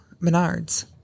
Menard's